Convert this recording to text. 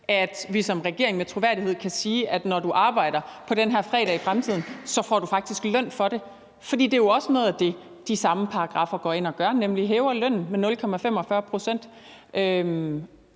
at vi som regering med troværdighed kan sige, at når du arbejder på den her fredag i fremtiden, får du faktisk løn for det. For det er jo også noget af det, de samme paragraffer går ind og gør, nemlig hæver lønnen med 0,45 pct.